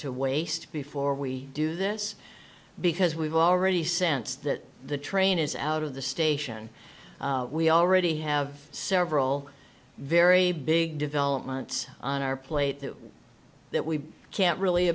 to waste before we do this because we've already sense that the train is out of the station we already have several very big developments on our plate that that we can't really